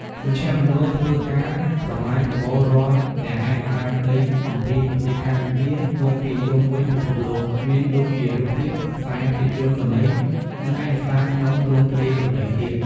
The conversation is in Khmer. មជ្ឈមណ្ឌលធ្វើការប្រមែប្រមូលរាល់ទាំងឯកសារស្តីអំពីប្រទេសកម្ពុជា មកពីជុំវិញពិភពលោក មានដូចជារូបភាព ខ្សែភាពយន្តសំឡេង និងឯកសារក្នុងទ្រង់ទ្រាយដទៃទៀត។